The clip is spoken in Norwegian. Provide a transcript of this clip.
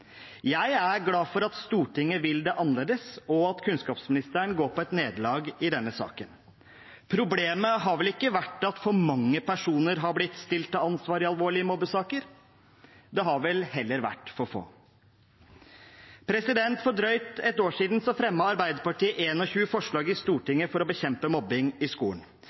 Jeg er glad for at Stortinget vil det annerledes, og at kunnskapsministeren går på et nederlag i denne saken. Problemet har vel ikke vært at for mange personer har blitt stilt til ansvar i alvorlige mobbesaker – det har heller vært for få. For drøyt et år siden fremmet Arbeiderpartiet 21 forslag i Stortinget for å bekjempe mobbing i skolen.